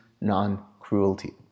non-cruelty